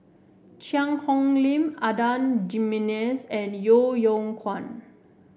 Cheang Hong Lim Adan Jimenez and Yeo Yeow Kwang